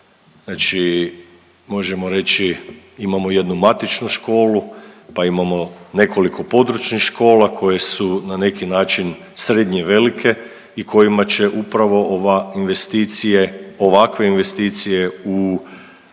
znači možemo reći, imamo jednu matičnu školu pa imamo nekoliko područnih škola koje su na neki način srednje velike i kojima će upravo ova investicije, ovakve